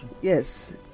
Yes